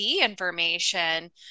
information